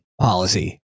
policy